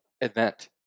event